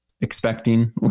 expecting